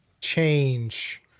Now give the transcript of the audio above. change